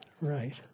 Right